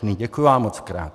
Děkuji vám mockrát.